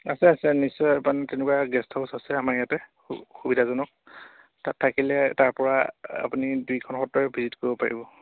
আছে আছে নিশ্চয় তেনেকুৱা গেষ্ট হাউচ আছে আমাৰ ইয়াতে সুবিধাজনক তাত থাকিলে তাৰ পৰা আপুনি দুইখন সত্ৰই ভিজিট কৰিব পাৰিব